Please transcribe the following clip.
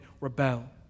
rebel